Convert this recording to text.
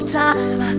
time